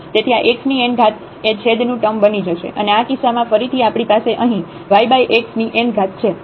તેથી આ x ની n ઘાત એ છેદ નું ટર્મ બની જશે અને આ કિસ્સામાં ફરીથી આપણી પાસે અહીં yxn છે